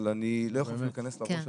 אבל אני לא יכול להיכנס לראש הזה.